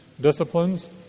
disciplines